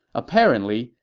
apparently,